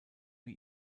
wie